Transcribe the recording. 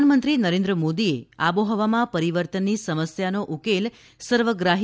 પ્રધાનમંત્રી નરેન્દ્ર મોદીએ આબોહવામાં પરિવર્તનની સમસ્યાનો ઉકેલ સર્વગ્રાહી